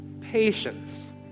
patience